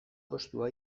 kostua